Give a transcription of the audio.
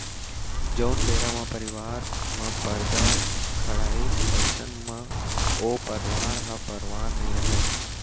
जउन बेरा म परवार म परदा खड़ाइस अइसन म ओ परवार ह परवार नइ रहय